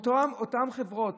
באותן חברות